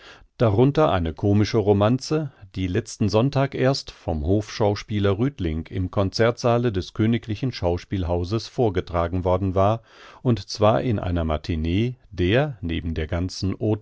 darunter eine komische romanze die letzten sonntag erst vom hofschauspieler rüthling im koncertsaale des königlichen schauspielhauses vorgetragen worden war und zwar in einer matine der neben der ganzen